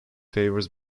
favours